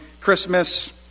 Christmas